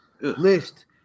list